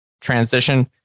transition